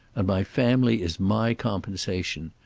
and my family is my compensation.